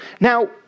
Now